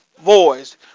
voice